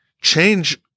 change